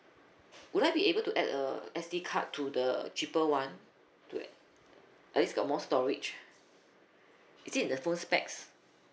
would I be able to add a S_D card to the cheaper one do I at least got more storage is it in the phone specs